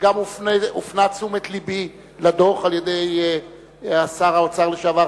וגם הופנתה תשומת לבי לדוח על-ידי שר האוצר לשעבר,